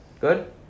Good